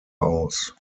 aus